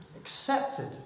accepted